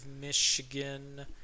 Michigan